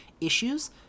issues